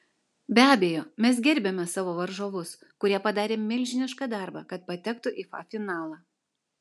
be abejo mes gerbiame savo varžovus kurie padarė milžinišką darbą kad patektų į fa finalą